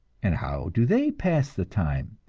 and how do they pass the time,